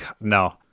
no